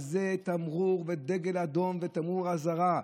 זה דגל אדום ותמרור אזהרה.